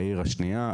בעיר השנייה,